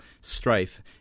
strife